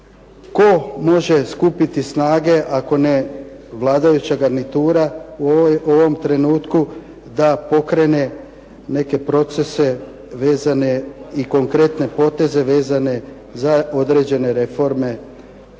tko može skupiti snage ako ne vladajuća garnitura u ovom trenutku da pokrene neke procese i konkretne poteze vezane za određene reforme,